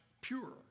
pure